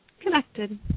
connected